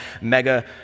mega